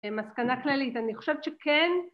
מסקנה כללית, אני חושבת שכן